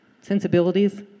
sensibilities